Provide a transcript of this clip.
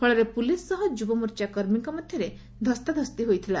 ଫଳରେ ପୁଲିସ୍ ସହ ଯୁବମୋର୍ଚ୍ଚା କର୍ମୀଙ୍କ ମଧ୍ଧରେ ଧସ୍ତାଧସ୍ତି ହୋଇଥିଲା